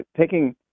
Taking